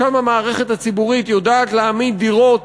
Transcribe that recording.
שם המערכת הציבורית יודעת להעמיד דירות